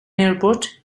airport